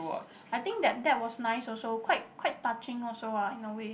I think that that was nice also quite quite touching also what in a way